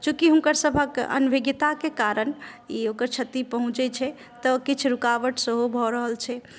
चूँकि हुनकरसभक अनभिज्ञताक कारण ई ओकर क्षति पहुँचैत छै तऽ किछु रूकावट सेहो भऽ रहल छै